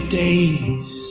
days